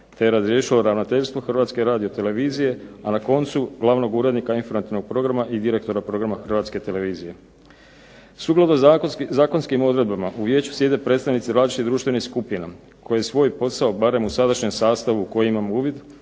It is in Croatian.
je razriješilo ravnateljstvo HRT-a, a na koncu Glavnog urednika Informativnog programa i direktora Programa HRT-a. Sukladno zakonskim odredbama u vijeću sjede predstavnici različitih društvenih skupina koje svoj posao barem u sadašnjem sastavu u koji imamo uvid